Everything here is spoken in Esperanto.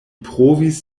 provis